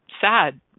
sad